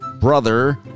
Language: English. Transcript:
brother